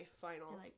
final